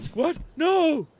what? no!